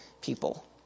people